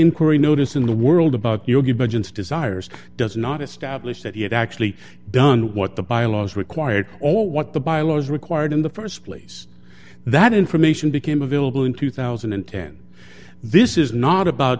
inquiry notice in the world about your budgets desires does not establish that he had actually done what the bylaws required or what the bylaws required in the st place that information became available in two thousand and ten this is not about